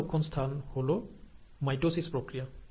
তৃতীয় রক্ষণ স্থান হল মাইটোসিস প্রক্রিয়া